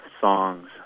songs